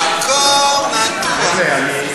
תעקור נטוע.